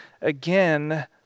again